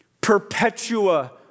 Perpetua